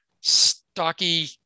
stocky